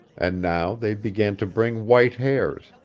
and now they began to bring white hairs,